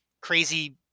crazy